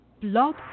Blog